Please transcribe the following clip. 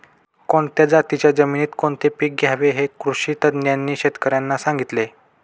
कोणत्या जातीच्या जमिनीत कोणते पीक घ्यावे हे कृषी तज्ज्ञांनी शेतकर्यांना सांगितले